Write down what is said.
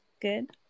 good